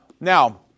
Now